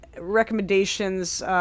recommendations –